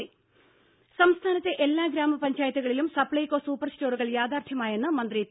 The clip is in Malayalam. ദേദ സംസ്ഥാനത്തെ എല്ലാ ഗ്രാമ പഞ്ചായത്തുകളിലും സപ്സൈകോ സൂപ്പർ സ്റ്റോറുകൾ യാഥാർത്ഥ്യമായെന്ന് മന്ത്രി പി